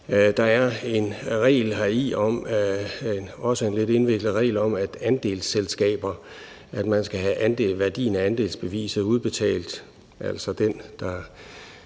indviklet regel heri om andelsselskaber, nemlig at man skal have værdien af andelsbeviset udbetalt. Altså, den, der